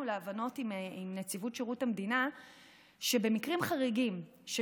להבנות עם נציבות שירות המדינה שבמקרים חריגים של